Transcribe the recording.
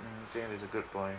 mm think that's a good point